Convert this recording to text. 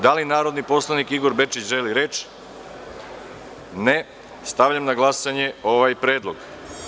Da li narodni poslanik Igor Bečić želi reč? (Ne.) Stavljam na glasanje ovaj predlog.